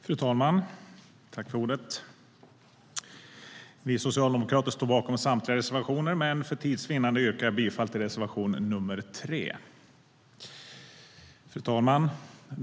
Fru talman! Vi socialdemokrater står bakom samtliga reservationer, men för tids vinnande yrkar jag bifall endast till reservation nr 3.